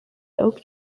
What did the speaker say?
oak